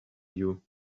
you